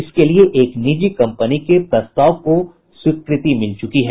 इसके लिये एक निजी कंपनी के प्रस्ताव को स्वीकृति मिल चुकी है